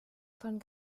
von